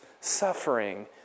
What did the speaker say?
suffering